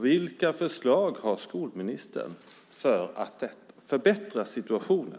Vilka förslag har skolministern för att förbättra situationen?